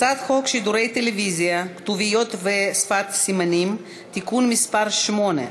הצעת חוק שידורי טלוויזיה (כתוביות ושפת סימנים) (תיקון מס' 8),